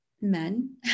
men